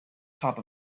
top